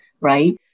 right